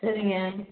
சரிங்க